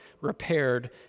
repaired